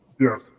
Yes